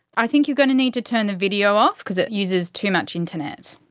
i think you're gonna need to turn the video off coz it uses too much internet.